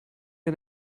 wir